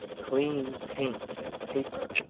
clean paint and paper,